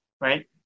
right